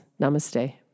Namaste